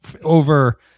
over